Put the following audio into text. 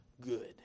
good